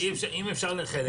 אם אפשר לחלק אותם.